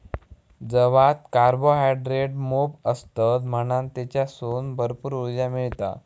जवात कार्बोहायड्रेट मोप असतत म्हणान तेच्यासून भरपूर उर्जा मिळता